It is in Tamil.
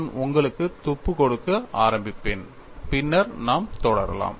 நான் உங்களுக்கு துப்பு கொடுக்க ஆரம்பிப்பேன் பின்னர் நாம் தொடரலாம்